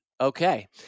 Okay